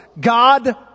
God